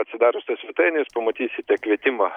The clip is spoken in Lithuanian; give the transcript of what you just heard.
atsidarius tą svetainę jūs pamatysite kvietimą